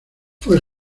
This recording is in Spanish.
fue